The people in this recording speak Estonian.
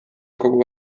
kogu